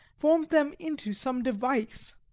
formed them into some device.